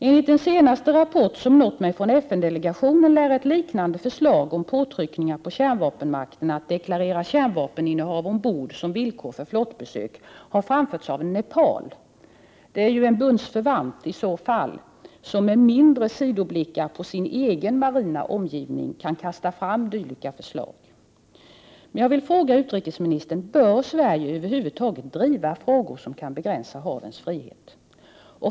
Enligt den senaste rapport som har nått mig från FN-delegationen lär ett liknande förslag om påtryckningar på kärnvapenmakterna att deklarera kärnvapeninnehav ombord för att få tillåtelse att göra flottbesök ha framförts av Nepal. Det är i så fall en bundsförvant som med mindre sidoblickar än vi på sin egen marina omgivning kan kasta fram dylika förslag. Jag vill ställa ett par frågor till utrikesministern. För det första: Bör Sverige över huvud taget driva frågor som kan begränsa havens frihet?